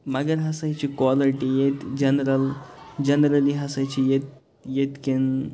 مگر ہسا چھِ کالٹی ییٚتہِ جَنٛرَل جَنٛرٔلی ہسا چھِ ییٚتہِ ییٚتہِ کٮ۪ن